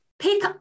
pick